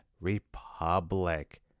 Republic